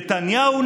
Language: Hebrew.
נתניהו,